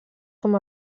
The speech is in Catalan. com